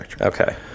Okay